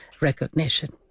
recognition